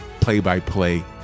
play-by-play